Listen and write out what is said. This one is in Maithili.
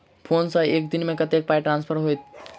फोन सँ एक दिनमे कतेक पाई ट्रान्सफर होइत?